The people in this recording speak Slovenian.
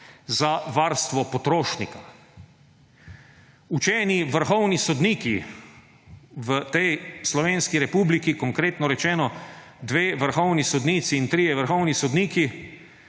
za varstvo potrošnika. Učeni vrhovni sodniki v tej slovenski republiki, konkretno rečeno dve vrhovni sodnici in trije vrhovni sodniki,